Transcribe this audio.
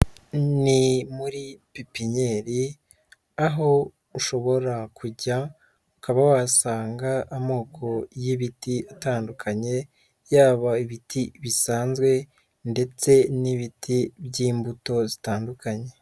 Ni muri pipinyeri aho ushobora kujya ukaba wahasanga amoko y'ibiti atandukanye, yaba ibiti bisanzwe ndetse n'ibiti by'imbuto zitandukanye.